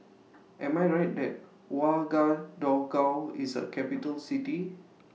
Am I Right that Ouagadougou IS A Capital City